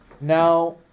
Now